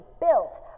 built